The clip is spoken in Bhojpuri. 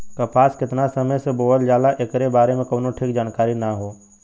कपास केतना समय से बोअल जाला एकरे बारे में कउनो ठीक जानकारी ना हौ